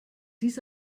dies